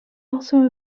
also